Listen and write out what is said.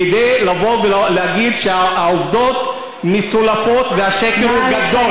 כדי לבוא ולהגיד שהעובדות מסולפות והשקר הוא גדול.